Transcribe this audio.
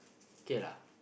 okay lah